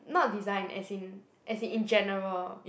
not design as in as in in general